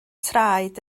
traed